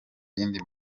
yindi